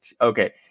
okay